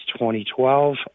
2012